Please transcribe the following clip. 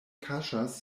kaŝas